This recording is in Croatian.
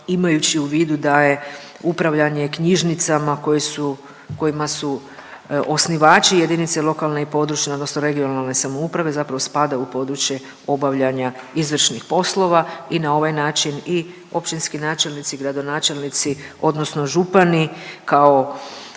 imajući u vidu da je upravljanje knjižnicama koje su, kojima su osnivači jedinice lokalne i područne odnosno regionalne samouprave, zapravo spada u području obavljanja izvršnih poslova i na ovaj način i općinski načelnici i gradonačelnici odnosno župani kao